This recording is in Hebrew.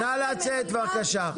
אורלי נא לצאת בבקשה,